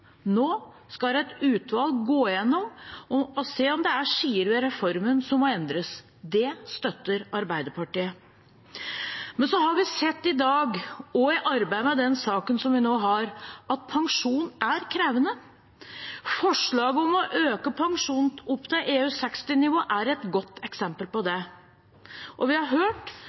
Nå skal et utvalg gå igjennom og se om det er sider ved reformen som må endres. Det støtter Arbeiderpartiet. Men vi har sett i dag og i arbeidet med den saken vi nå har til behandling, at pensjon er krevende. Forslaget om å øke pensjonen opp til EU60-nivå er et godt eksempel på det. Vi har i dag hørt